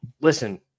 listen